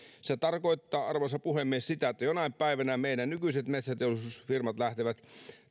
se tarkoittaa arvoisa puhemies että jonain päivänä meidän nykyiset metsäteollisuusfirmat lähtevät